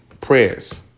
prayers